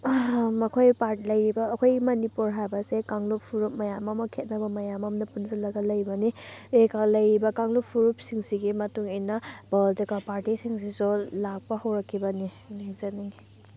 ꯃꯈꯣꯏ ꯄꯥꯔꯠ ꯂꯩꯔꯤꯕ ꯑꯩꯈꯣꯏ ꯃꯅꯤꯄꯨꯔ ꯍꯥꯏꯕꯁꯦ ꯀꯥꯡꯂꯨꯞ ꯐꯨꯔꯨꯞ ꯃꯌꯥꯝ ꯑꯃ ꯈꯦꯠꯅꯕ ꯃꯌꯥꯝꯑꯝꯅ ꯄꯨꯟꯁꯜꯂꯒ ꯂꯩꯕꯅꯤ ꯂꯩꯔꯤꯕ ꯀꯥꯡꯂꯨꯞ ꯐꯨꯔꯨꯞꯁꯤꯡꯁꯤꯒꯤ ꯃꯇꯨꯡꯏꯟꯅ ꯄꯣꯂꯤꯇꯤꯀꯦꯜ ꯄꯥꯔꯇꯤꯁꯁꯤꯡꯁꯤꯁꯨ ꯂꯥꯛꯄ ꯍꯧꯔꯛꯈꯤꯕꯅꯤ ꯍꯥꯏꯖꯅꯤꯡꯉꯤ